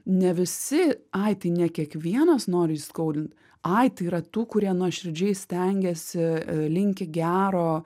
ne visi ai tai ne kiekvienas nori įskaudint ai tai yra tų kurie nuoširdžiai stengiasi linki gero